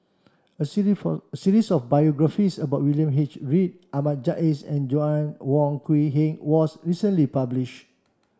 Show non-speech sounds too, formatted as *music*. a *unintelligible* for series of biographies about William H Read Ahmad Jais and Joanna Wong Quee Heng was recently published